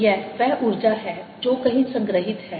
यह वह ऊर्जा है जो कहीं संग्रहित है